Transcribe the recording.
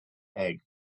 egg